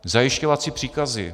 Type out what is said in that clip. Zajišťovací příkazy.